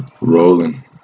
Rolling